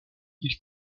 ils